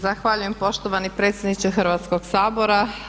Zahvaljujem poštovani predsjedniče Hrvatskog sabora.